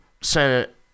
Senate –